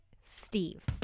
Steve